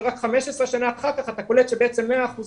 ורק 15 שנה אחר כך אתה קולט שבעצם 100%